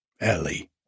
Ellie